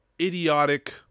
idiotic